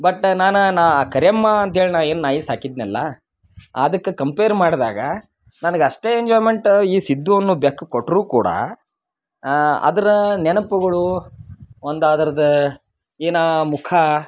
but ನಾನು ನ ಕರಿಯಮ್ಮ ಅಂಥೇಳಿ ನಾನು ಏನು ನಾಯಿ ಸಾಕಿದೆನಲ್ಲ ಅದಕ್ಕೆ ಕಂಪೇರ್ ಮಾಡಿದಾಗ ನನಗೆ ಅಷ್ಟೇ ಎಂಜೋಯ್ಮೆಂಟ್ ಈ ಸಿದ್ದು ಅನ್ನು ಬೆಕ್ಕು ಕೊಟ್ರೂ ಕೂಡ ಅದರ ನೆನಪುಗಳು ಒಂದು ಅದ್ರದ್ದು ಏನು ಮುಖ